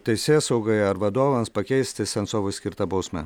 teisėsaugai ar vadovams pakeisti sensovui skirtą bausmę